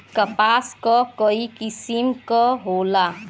कपास क कई किसिम क होला